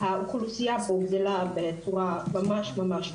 האוכלוסייה פה גדלה בצורה ממש ממש מואצת,